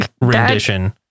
rendition